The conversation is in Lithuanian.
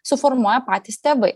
suformuoja patys tėvai